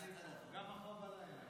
בלילה.